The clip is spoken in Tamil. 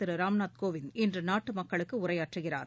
திரு ராம்நாத் கோவிந்த் இன்றுநாட்டுமக்குளுக்குஉரையாற்றுகிறார்